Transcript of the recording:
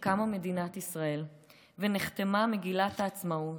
שבה קמה מדינת ישראל ונחתמה מגילת העצמאות.